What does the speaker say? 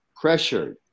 Pressured